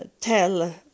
tell